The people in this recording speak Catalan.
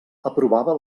aprovava